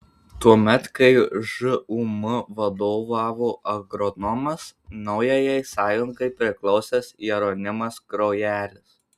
tuomet kai žūm vadovavo agronomas naujajai sąjungai priklausęs jeronimas kraujelis